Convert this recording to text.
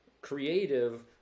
creative